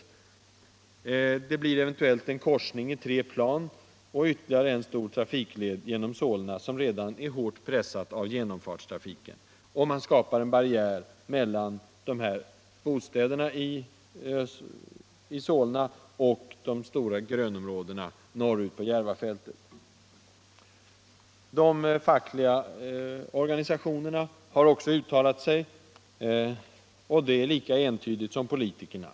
Vidare blir det eventuellt en korsning i tre plan och ytterligare en stor trafikled genom Solna kommun, som redan är hårt pressad av genomfartstrafiken. Man skapar en barriär mellan bostäderna i Solna och de stora grönområdena norrut på Järvafältet. De fackliga organisationerna har också uttalat sig i ärendet, och de har gjort det lika entydigt som politikerna.